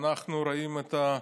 אנחנו רואים גם